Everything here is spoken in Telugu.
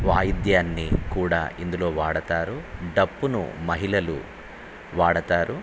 వాయిద్యాన్ని కూడా ఇందులో వాడతారు డప్పును మహిళలు వాడతారు